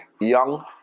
young